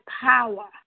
power